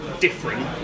Different